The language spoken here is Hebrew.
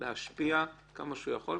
להשפיע כמה שהוא יכול,